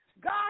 God